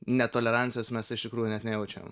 netolerancijos mes iš tikrųjų net nejaučiam